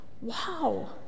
Wow